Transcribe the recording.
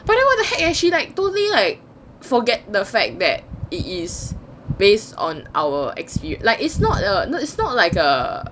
but then heck eh she like totally like forget the fact that it is based on our X V like it's not a not it's not like a